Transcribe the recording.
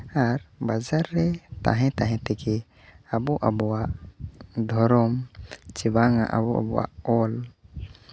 ᱟᱨ ᱵᱟᱡᱟᱨ ᱨᱮ ᱛᱟᱦᱮᱸ ᱛᱟᱦᱮᱸ ᱛᱮᱜᱮ ᱟᱵᱚ ᱟᱵᱚᱣᱟᱜ ᱫᱷᱚᱨᱚᱢ ᱪᱮ ᱵᱟᱝᱼᱟ ᱟᱵᱚ ᱟᱵᱚᱣᱟᱜ ᱚᱞ